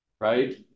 right